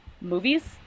movies